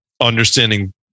understanding